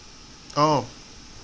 oh